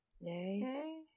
Yay